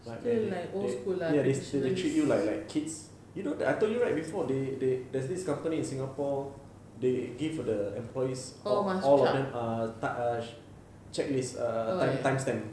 but then then ya they treat you like like kids you know I told you right before they they there's this company in singapore they give the employees all of them uh checklist err time stamp